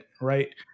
Right